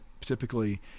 typically